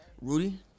Rudy